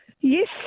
Yes